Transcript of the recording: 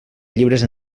llibres